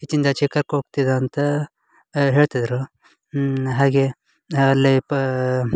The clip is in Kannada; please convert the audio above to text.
ಈಚಿಂದ ಆಚಿಗೆ ಕರ್ಕೊ ಹೋಗ್ತಿದ್ ಅಂತ ಹೇಳ್ತಿದ್ದರು ಹಾಗೆ ಅಲ್ಲಿ ಪ